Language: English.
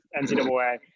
ncaa